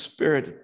Spirit